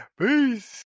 Peace